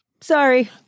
Sorry